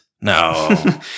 No